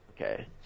Okay